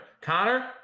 Connor